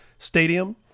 Stadium